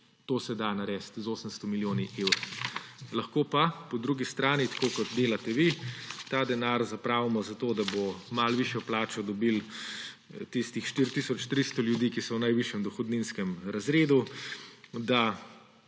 To se da narediti z 800 milijoni evri! Lahko pa po drugi strani, tako kot delate vi, ta denar zapravimo za to, da bodo malo višjo plačo dobili tistih 4 tisoč 300 ljudi, ki so v najvišjem dohodninskem razredu, da